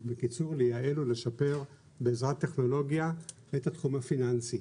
בקיצור לייעל ולשפר בעזרת טכנולוגיה את התחום הפיננסי.